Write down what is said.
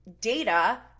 data